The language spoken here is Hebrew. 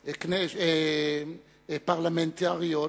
חוץ-פרלמנטריות,